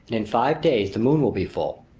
and in five days the moon will be full.